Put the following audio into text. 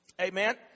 Amen